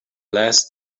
last